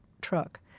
truck